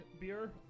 beer